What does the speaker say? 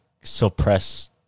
suppress